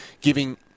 Giving